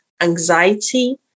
anxiety